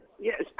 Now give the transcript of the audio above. Yes